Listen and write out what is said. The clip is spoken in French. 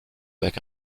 avec